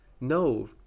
no